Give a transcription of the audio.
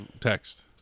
text